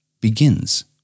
begins